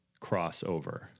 crossover